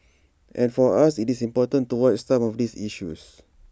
and for us IT is important to watch some of these issues